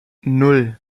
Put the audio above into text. nan